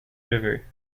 river